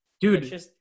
Dude